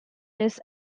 this